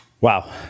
Wow